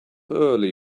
early